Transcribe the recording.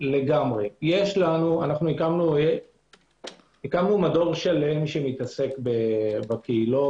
הקמנו מדור שלם שמתעסק בקהילות.